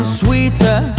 sweeter